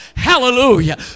Hallelujah